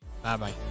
Bye-bye